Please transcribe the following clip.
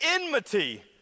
enmity